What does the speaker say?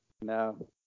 No